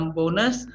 bonus